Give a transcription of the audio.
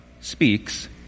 Speaks